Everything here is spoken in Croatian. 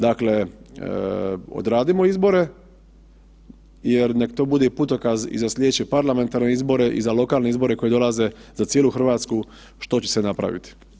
Dakle, odradimo izbore jer nek to bude i putokaz i za sljedeće parlamentarne izbore i za lokalne izbore koji dolaze za cijelu Hrvatsku što će se napraviti.